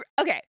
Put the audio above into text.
Okay